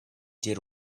did